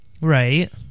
Right